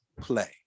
play